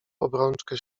obrączkę